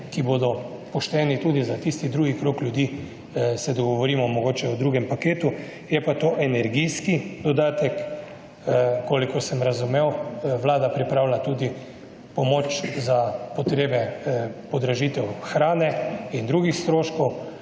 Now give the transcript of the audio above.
ki bodo pošteni tudi za tisti drugi krog ljudi, se dogovorimo mogoče v drugem paketu. Je pa to energijski dodatek. Kolikor sem razumel, vlada pripravlja tudi pomoč za potrebe podražitev hrane in drugih stroškov.